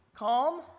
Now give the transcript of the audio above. calm